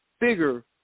bigger